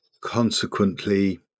consequently